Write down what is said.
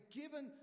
given